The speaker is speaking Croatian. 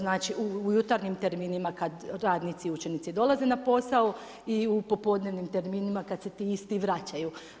Znači u jutarnjim terminima kad radnici i učenici dolaze na posao i u popodnevnim terminima, kada se ti isti vraćaju.